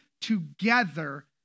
together